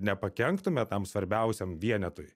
nepakenktume tam svarbiausiam vienetui